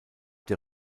der